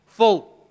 full